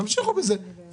תמשיכו בזה,